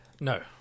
No